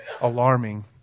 alarming